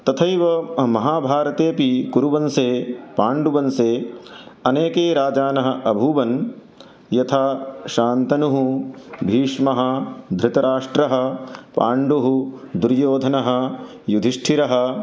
तथैव महाभारतेपि कुरुवंशे पाण्डुवंशे अनेके राजानः अभूवन् यथा शान्तनुः भीष्मः धृतराष्ट्रः पाण्डुः दुर्योधनः युधिष्ठिरः